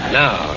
now